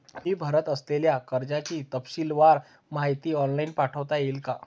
मी भरत असलेल्या कर्जाची तपशीलवार माहिती ऑनलाइन पाठवता येईल का?